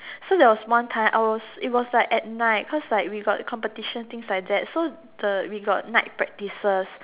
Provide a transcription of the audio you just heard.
so there was one time I was it was like at night cause like we got competition things like that so the we got night practices